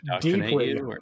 deeply